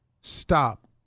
stop